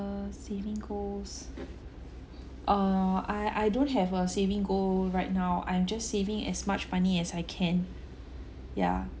err saving goals err I I don't have a saving goal right now I'm just saving as much money as I can ya